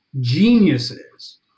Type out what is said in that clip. geniuses